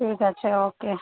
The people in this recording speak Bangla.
ঠিক আছে ওকে